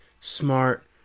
smart